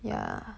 ya